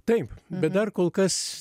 taip bet dar kol kas